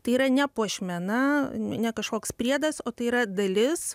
tai yra ne puošmena ne kažkoks priedas o tai yra dalis